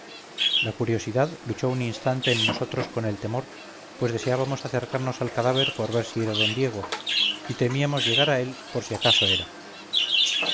la curiosidad luchó un instante en nosotros con el temor pues deseábamos acercamos al cadáver por ver si era d diego y temíamos llegar a él por si acaso era